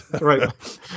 Right